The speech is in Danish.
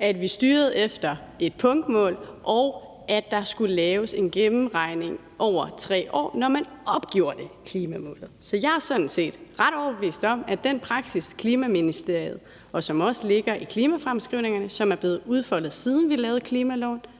at vi styrede efter et punktmål, og at der skulle laves en gennemregning over 3 år, når man opgiver klimamålet. Så jeg er sådan set ret overbevist om, at den praksis, der er i Klima-, Energi- og Forsyningsministeriet, og som også ligger i klimafremskrivningerne, som er blevet udfoldet, siden vi lavede klimaloven,